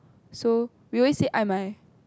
so we always say Ai-Mai